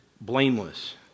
blameless